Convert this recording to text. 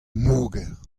moger